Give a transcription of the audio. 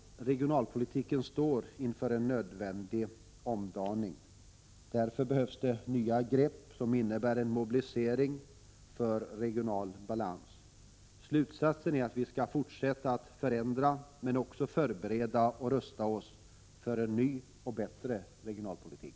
Regionalpolitiken står inför en nödvändig omdaning. Därför behövs det nya begrepp som innebär en mobilisering för regional balans. Slutsatsen är att vi skall fortsätta att förändra men också förbereda och rusta oss för en ny och bättre regionalpolitik.